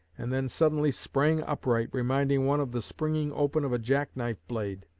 and then suddenly sprang upright, reminding one of the springing open of a jack-knife blade.